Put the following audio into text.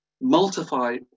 multiply